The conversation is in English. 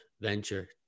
venture